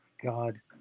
God